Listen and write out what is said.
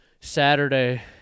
Saturday